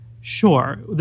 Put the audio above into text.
Sure